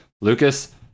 Lucas